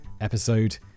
episode